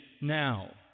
now